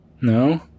No